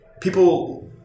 people –